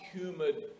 humid